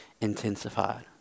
intensified